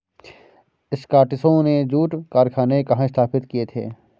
स्कॉटिशों ने जूट कारखाने कहाँ स्थापित किए थे?